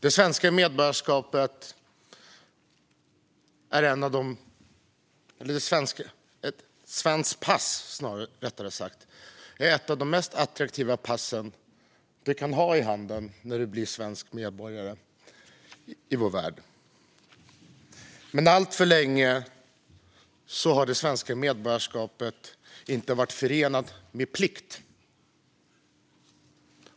Ett svenskt pass, som man får när man blir svensk medborgare, är ett av de mest attraktiva pass man kan ha i handen i vår värld. Men alltför länge har det svenska medborgarskapet inte varit förenat med plikt.